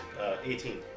18